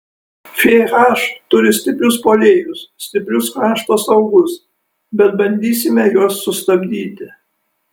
fh turi stiprius puolėjus stiprius krašto saugus bet bandysime juos sustabdyti